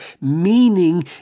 meaning